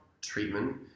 treatment